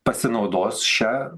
pasinaudos šia